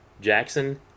Jackson